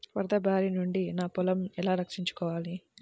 వరదల భారి నుండి నా పొలంను ఎలా రక్షించుకోవాలి?